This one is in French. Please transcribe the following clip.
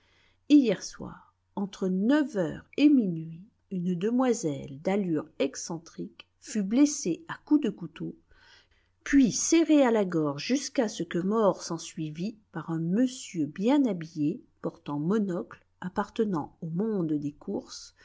hier soir entre neuf heures et minuit une demoiselle d'allures excentriques fut blessée à coups de couteau puis serrée à la gorge jusqu'à ce que mort s'ensuivît par un monsieur bien habillé portant monocle appartenant au monde des courses